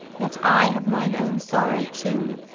yet i have mine own sorrow, too.